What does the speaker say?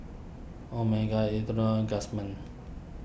Omega Indomie Guardsman